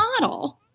model